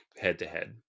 head-to-head